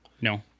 no